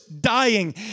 dying